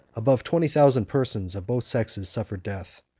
above twenty thousand persons of both sexes suffered death.